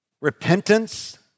repentance